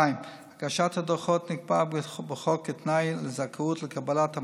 הגשת הדוחות נקבעה בחוק כתנאי לזכאות לקבלת המענק.